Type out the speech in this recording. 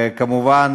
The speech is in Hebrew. כמובן,